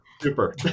Super